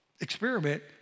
experiment